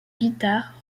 guitare